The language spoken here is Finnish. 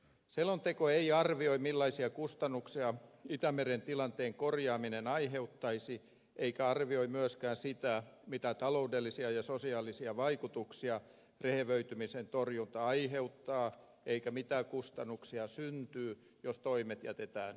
selonteko ei arvioi millaisia kustannuksia itämeren tilanteen korjaaminen aiheuttaisi eikä arvioi myöskään sitä mitä taloudellisia ja sosiaalisia vaikutuksia rehevöitymisen torjunta aiheuttaa ja mitä kustannuksia syntyy jos toimet jätetään suorittamatta